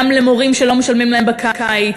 גם למורים שלא משלמים להם בקיץ.